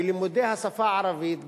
בלימודי השפה הערבית,